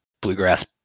bluegrass